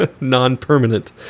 non-permanent